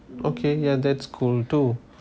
okay yeah that's cool too